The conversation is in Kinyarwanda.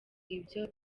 ibyo